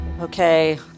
Okay